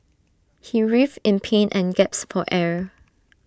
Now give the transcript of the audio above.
he writhed in pain and gasped for air